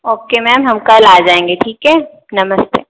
okay ma'am हम कल आ जायेंगे ठीक है नमस्ते